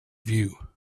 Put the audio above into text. view